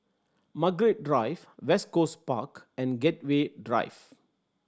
Margaret Drive West Coast Park and Gateway Drive